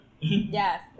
Yes